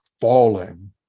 falling